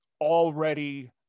already